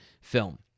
film